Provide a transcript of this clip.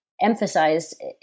emphasized